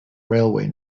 railway